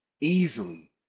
easily